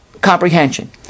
comprehension